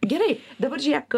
gerai dabar žiūrėk